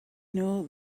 know